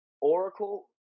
Oracle